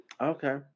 Okay